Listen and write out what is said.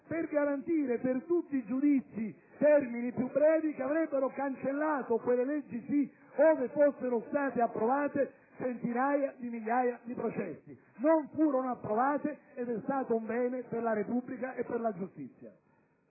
per garantire per tutti i giudizi termini più brevi che avrebbero cancellato - quelle leggi sì, ove fossero state approvate - centinaia di migliaia di processi! Non furono approvate, ed è stato un bene per la Repubblica e per la giustizia.